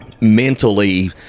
mentally –